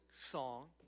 song